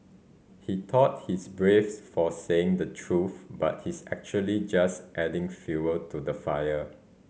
he thought he's brave for saying the truth but he's actually just adding fuel to the fire